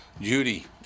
Judy